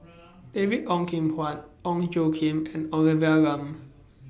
David Ong Kim Huat Ong Tjoe Kim and Olivia Lum